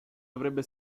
avrebbe